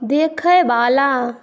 देखयवाला